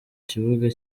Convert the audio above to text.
kibuga